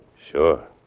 Sure